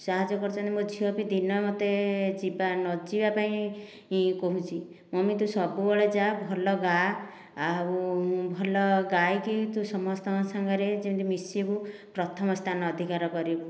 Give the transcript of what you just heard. ସାହାଯ୍ୟ କରିଛନ୍ତି ମୋ ଝିଅ ବି ଦିନେ ମୋତେ ଯିବା ନ ଯିବାପାଇଁ କହୁଛି ମମି ତୁ ସବୁବେଳେ ଯା ଭଲ ଗାଆ ଆଉ ଭଲ ଗାଇକି ତୁ ସମସ୍ତଙ୍କ ସାଙ୍ଗରେ ଯେମିତି ମିଶିବୁ ପ୍ରଥମ ସ୍ଥାନ ଅଧିକାର କରିବୁ